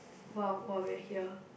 !wow! !wow! we are here